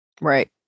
Right